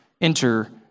enter